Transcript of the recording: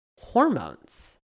hormones